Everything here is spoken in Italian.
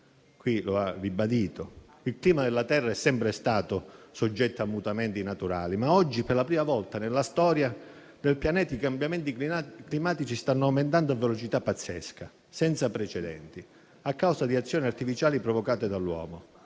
qui lo ha ribadito. Il clima della Terra è sempre stato soggetto a mutamenti naturali, ma oggi, per la prima volta nella storia del Pianeta, i cambiamenti climatici stanno aumentando a velocità pazzesca, senza precedenti, a causa di azioni artificiali provocate dall'uomo.